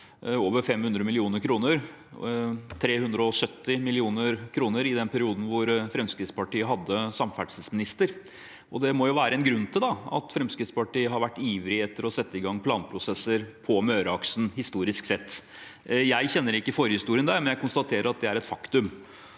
over 500 mill. kr – 370 mill. kr i den perioden da Fremskrittspartiet hadde samferdselsministeren. Det må jo være en grunn til at Fremskrittspartiet har vært ivrig etter å sette i gang planprosesser for Møreaksen, historisk sett. Jeg kjenner ikke forhistorien der, men jeg konstaterer at det er et faktum.